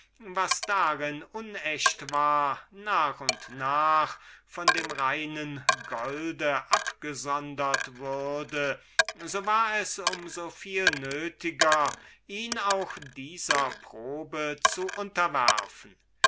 was darin übertrieben und unecht war nach und nach abgesondert würde so war es um so viel nötiger ihn auch dieser probe zu unterwerfen